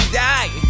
die